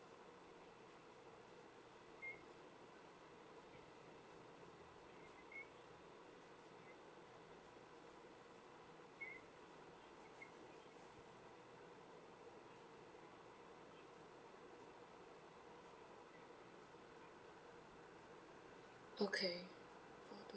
okay